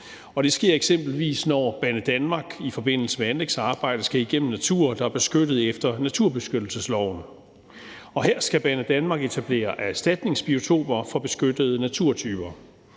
det sker eksempelvis, når Banedanmark i forbindelse med anlægsarbejdet skal igennem natur, der er beskyttet efter naturbeskyttelsesloven. Og her skal Banedanmark etablere erstatningsbiotoper for beskyttede naturtyper.